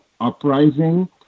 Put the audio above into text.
uprising